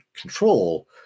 control